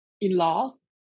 in-laws